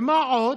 ומה עוד,